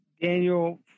Daniel